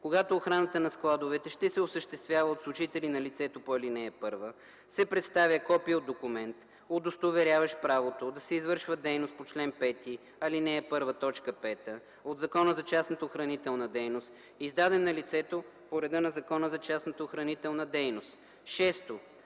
когато охраната на складовете ще се осъществява от служители на лицето по ал. 1, се представя копие от документ, удостоверяващ правото да се извършва дейност по чл. 5, ал. 1, т. 5 от Закона за частната охранителна дейност, издаден на лицето по реда на Закона за частната охранителна дейност;”.